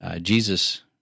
Jesus